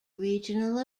regional